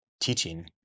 teaching